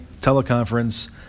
teleconference